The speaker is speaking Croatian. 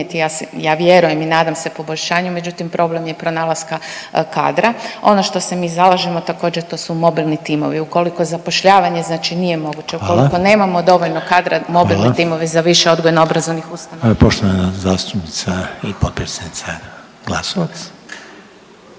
ja vjerujem i nadam se poboljšanju, međutim problem je pronalaska kadra. Ono što se mi zalažemo također to su mobilni timovi. Ukoliko zapošljavanje znači nije moguće, … …/Upadica Reiner: Hvala./… … ukoliko nemamo dovoljno kadra, mobilne timove za više odgojno-obrazovnih ustanova. **Reiner, Željko (HDZ)** Hvala.